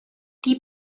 die